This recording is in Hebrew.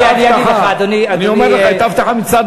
הייתה הבטחה.